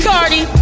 Cardi